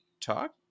talk